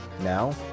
Now